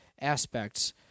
aspects